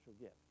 gift